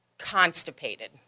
constipated